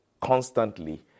constantly